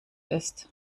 ist